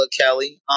kelly